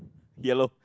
yellow